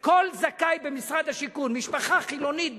כל זכאי במשרד השיכון, משפחה חילונית בחולון,